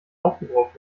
aufgebraucht